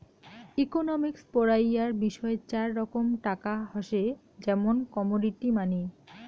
economics পড়াইয়ার বিষয় চার রকম টাকা হসে, যেমন কমোডিটি মানি